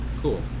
Cool